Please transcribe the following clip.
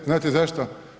Znate zašto?